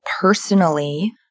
personally